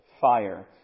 fire